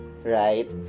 right